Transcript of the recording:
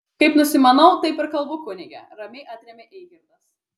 kaip nusimanau taip ir kalbu kunige ramiai atremia eigirdas